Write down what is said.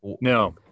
no